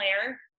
layer